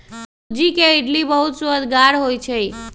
सूज्ज़ी के इडली बहुत सुअदगर होइ छइ